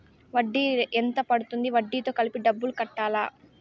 వడ్డీ ఎంత పడ్తుంది? వడ్డీ తో కలిపి డబ్బులు కట్టాలా?